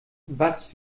was